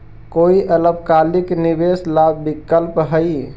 कोई अल्पकालिक निवेश ला विकल्प हई?